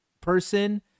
person